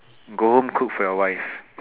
go home cook for your wife